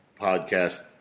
podcast